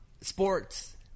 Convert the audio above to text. sports